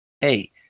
hey